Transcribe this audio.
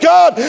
God